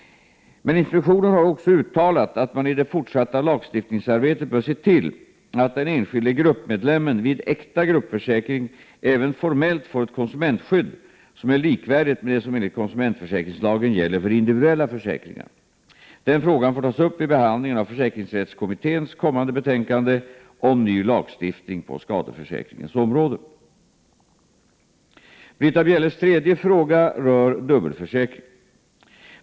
Inspektionen har emellertid också uttalat att man i det fortsatta lagstiftningsarbetet bör se till att den enskilde gruppmedlemmen vid äkta gruppförsäkring även formellt får ett konsumentskydd som är likvärdigt med det som enligt konsumentförsäkringslagen gäller för individuella försäkringar. Den frågan får tas upp vid behandlingen av försäkringsrättskommitténs kommande betänkande om ny lagstiftning på skadeförsäkringens område. Britta Bjelles tredje fråga rör dubbelförsäkring.